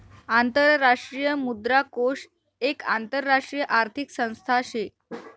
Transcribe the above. आंतरराष्ट्रीय मुद्रा कोष एक आंतरराष्ट्रीय आर्थिक संस्था शे